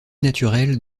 naturelle